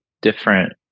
different